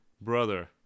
brother